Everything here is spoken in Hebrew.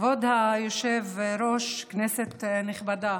כבוד היושב-ראש, כנסת נכבדה,